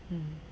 mm